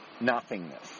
nothingness